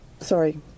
sorry